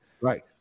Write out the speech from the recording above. Right